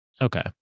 okay